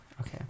okay